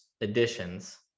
additions